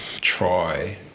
try